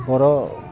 बर'